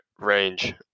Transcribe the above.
range